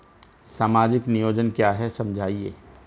सामाजिक नियोजन क्या है समझाइए?